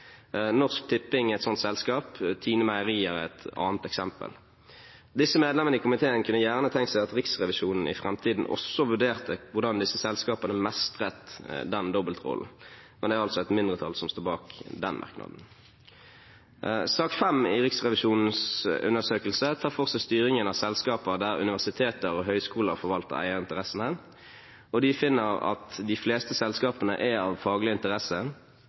Norsk Tipping er ett slikt selskap, TINE er et annet eksempel. Disse medlemmene i komiteen kunne gjerne tenkt seg at Riksrevisjonen i framtiden også vurderte hvordan disse selskapene mestret den dobbeltrollen, men det er altså et mindretall som står bak den merknaden. Sak 5 i Riksrevisjonens undersøkelse tar for seg styringen av selskaper der universiteter og høyskoler forvalter eierinteressene. De finner at de fleste selskapene er av faglig interesse,